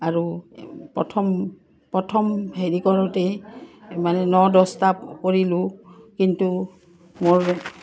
আৰু প্ৰথম প্ৰথম হেৰি কৰোঁতেই মানে ন দহটা কৰিলোঁ কিন্তু মোৰ